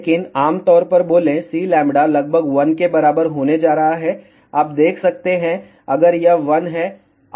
लेकिन आम तौर पर बोले Cλ लगभग 1 के बराबर होने जा रहा है आप देख सकते हैं अगर यह 1 है R 140 Ω है